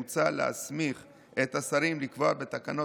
מוצע להסמיך את השרים לקבוע בתקנות